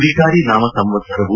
ವಿಕಾರಿ ನಾಮ ಸಂವತ್ಸರವು